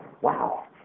Wow